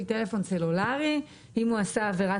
טלפון סלולרי אם הוא עשה עבירת תנועה.